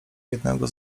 jednego